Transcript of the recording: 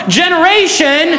generation